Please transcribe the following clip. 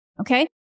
okay